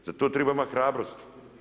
Za to treba imat hrabrosti.